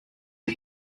are